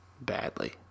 badly